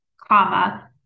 comma